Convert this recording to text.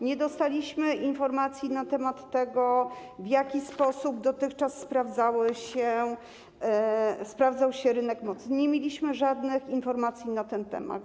Nie otrzymaliśmy informacji na temat tego, w jaki sposób dotychczas sprawdzał się rynek mocy, nie mieliśmy żadnych informacji na ten temat.